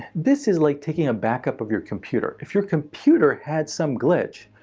this is like taking a backup of your computer. if your computer had some glitch,